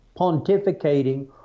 pontificating